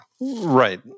Right